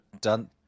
done